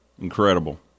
Incredible